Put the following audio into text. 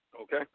okay